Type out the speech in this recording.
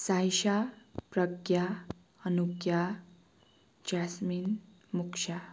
Saisa Pragya Anugya Jasmine Moksha